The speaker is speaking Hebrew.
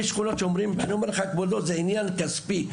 אני אומר לך כבודו שזה עניין כספי.